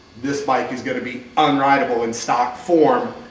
this bike is going to be unridable in stock form,